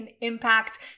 impact